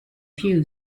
few